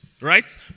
Right